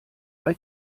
bei